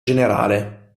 generale